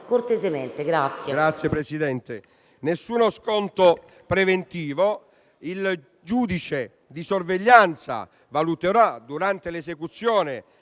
Nessuno sconto preventivo: il giudice di sorveglianza valuterà durante l'esecuzione